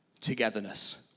togetherness